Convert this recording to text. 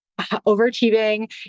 overachieving